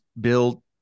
build